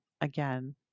again